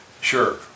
Sure